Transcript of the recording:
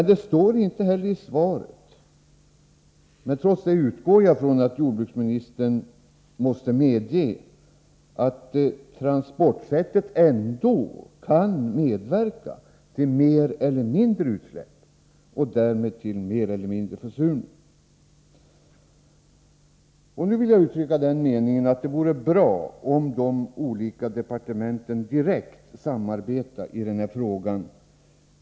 Något som inte står i svaret, men som jag ändå utgår från att jordbruksministern måste instämma i, är att transportsättet dock kan medverka till större eller mindre omfattning av utsläppen och därmed till att vi får mer eller mindre av försurning. Enligt min mening vore det bra, om de olika departementen direkt samarbetade i denna fråga.